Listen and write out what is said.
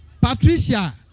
Patricia